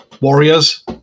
warriors